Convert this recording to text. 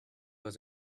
was